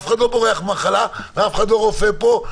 אף אחד לא בורח ממחלה ואף אחד לא רופא פה.